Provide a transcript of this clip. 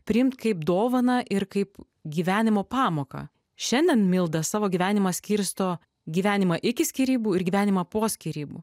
priimt kaip dovaną ir kaip gyvenimo pamoką šiandien milda savo gyvenimą skirsto gyvenimą iki skyrybų ir gyvenimą po skyrybų